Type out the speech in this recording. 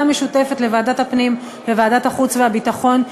המשותפת לוועדת הפנים ולוועדת החוץ והביטחון,